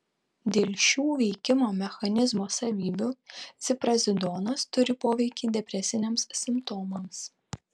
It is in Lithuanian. dėl šių veikimo mechanizmo savybių ziprazidonas turi poveikį depresiniams simptomams